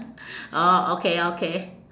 orh okay okay